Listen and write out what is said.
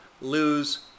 lose